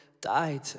died